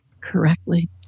correctly